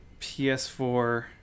PS4